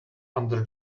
under